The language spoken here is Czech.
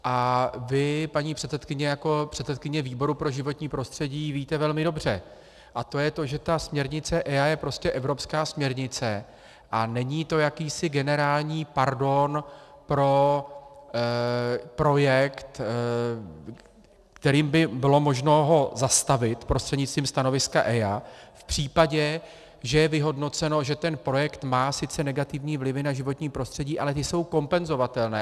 A vy, paní předsedkyně jako předsedkyně výboru pro životní prostředí víte velmi dobře, a to je to, že ta směrnice EIA je prostě evropská směrnice a není to jakýsi generální pardon pro projekt, kterým by bylo možno ho zastavit prostřednictvím stanoviska EIA v případě, že je vyhodnoceno, že ten projekt má sice negativní vlivy na životní prostředí, ale ty jsou kompenzovatelné.